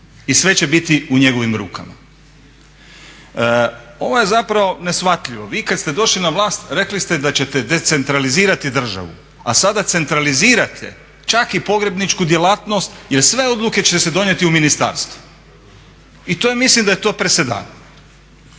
i sve će biti u njegovim rukama. Ovo je zapravo neshvatljivo, vi kad ste došli na vlast rekli ste da ćete decentralizirati državu a sada centralizirate čak i pogrebničku djelatnost jer sve odluke će se donijeti u ministarstvu. I to je, mislim da je to presedan.